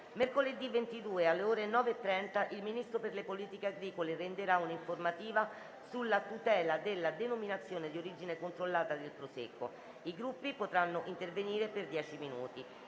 settembre, alle ore 9,30, il Ministro delle politiche agricole alimentari e forestali renderà un'informativa sulla tutela della denominazione di origine controllata del prosecco. I Gruppi potranno intervenire per dieci minuti.